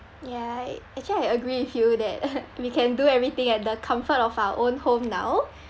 ya actually I agree with you that we can do everything at the comfort of our own home now